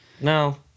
No